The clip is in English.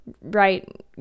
right